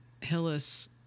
Hillis